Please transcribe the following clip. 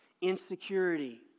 Insecurity